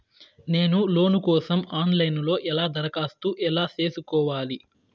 నేను లోను కోసం online లో ఎలా దరఖాస్తు ఎలా సేసుకోవాలి?